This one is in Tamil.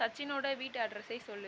சச்சினோட வீட்டு அட்ரஸை சொல்லு